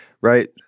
right